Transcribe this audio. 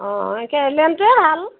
অ' ইমানটোৱে ভাল